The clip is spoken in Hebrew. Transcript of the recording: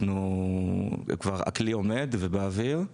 הכלי כבר נמצא באוויר,